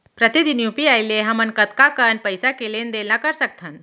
प्रतिदन यू.पी.आई ले हमन कतका कन पइसा के लेन देन ल कर सकथन?